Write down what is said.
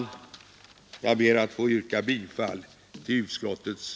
Jag ber att få yrka bifall till de föreliggande utskottsförslagen.